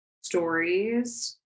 stories